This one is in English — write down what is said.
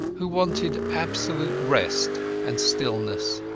who wanted absolute rest and stillness.